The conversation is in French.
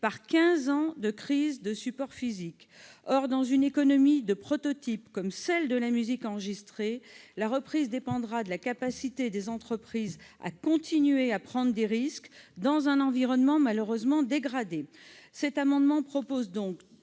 par quinze ans de crise des supports physiques. Or dans une économie de prototype, comme celle de la musique enregistrée, la reprise dépendra de la capacité des entreprises à continuer à prendre des risques dans un environnement malheureusement dégradé. Cet amendement tend donc